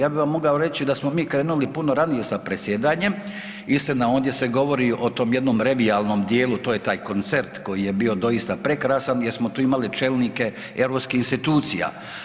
Ja bi vam mogao reći da smo mi krenuli puno ranije sa predsjedanjem, istina ondje se govori o tom jednom revijalnom dijelu to je taj koncert koji je doista bio prekrasan jer smo tu imali čelnike europskih institucija.